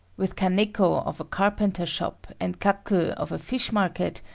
with kaneko of a carpenter shop and kaku of a fishmarket,